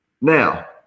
now